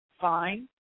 fine